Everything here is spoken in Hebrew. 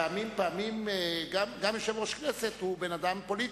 פעמים, גם יושב-ראש הכנסת הוא בן אדם פוליטי,